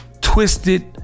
twisted